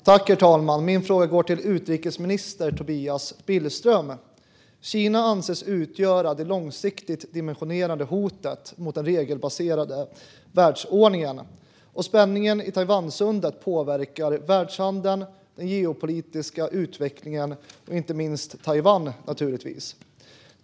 Herr talman! Min fråga går till utrikesminister Tobias Billström. Kina anses utgöra det långsiktigt dimensionerande hotet mot den regelbaserade världsordningen. Spänningen i Taiwansundet påverkar världshandeln, den geopolitiska utvecklingen och inte minst naturligtvis Taiwan.